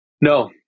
No